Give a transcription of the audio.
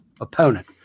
opponent